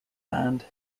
band